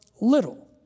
little